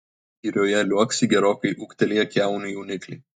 girioje liuoksi gerokai ūgtelėję kiaunių jaunikliai